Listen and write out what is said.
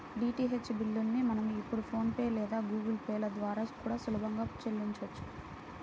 DTH బిల్లుల్ని మనం ఇప్పుడు ఫోన్ పే లేదా గుగుల్ పే ల ద్వారా కూడా సులభంగా చెల్లించొచ్చు